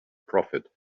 prophet